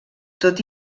tot